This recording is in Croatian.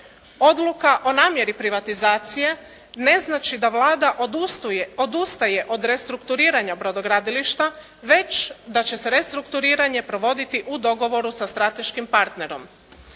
Odluka o namjeri privatizacije ne znači da Vlada odustaje od restrukturiranja brodogradilišta već da će se restrukturiranje provoditi u dogovoru sa strateškim partnerom.